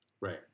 Right